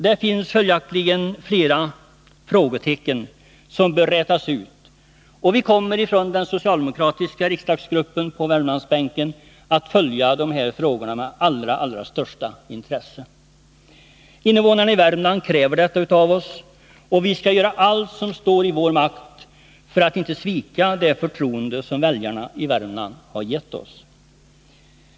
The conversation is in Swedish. Det finns följaktligen flera frågetecken som bör rätas ut, och vi från den socialdemokratiska riksdagsgruppen på Värmlandsbänken kommer att följa de här frågorna med allra största intresse. Invånarna i Värmland kräver detta av oss, och vi skall göra allt som står i vår makt för att inte svika det förtroende som väljarna i Värmland har givit oss.